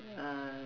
uh